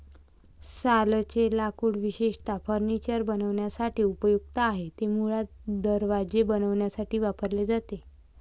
सालचे लाकूड विशेषतः फर्निचर बनवण्यासाठी उपयुक्त आहे, ते मुळात दरवाजे बनवण्यासाठी वापरले जाते